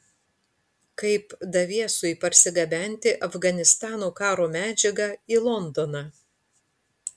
kaip daviesui parsigabenti afganistano karo medžiagą į londoną